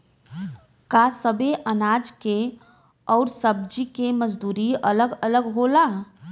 का सबे अनाज के अउर सब्ज़ी के मजदूरी अलग अलग होला?